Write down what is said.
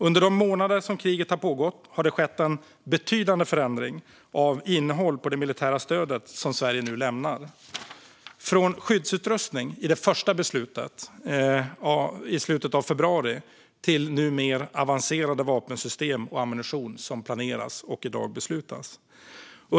Under de månader som kriget har pågått har det skett en betydande förändring av innehåll på det militära stödet som Sverige nu lämnar. Det har gått från skyddsutrustning i det första beslutet i slutet av februari till nu mer avancerade vapensystem och ammunition som planeras och som vi fattar beslut om i dag.